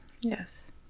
yes